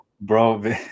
Bro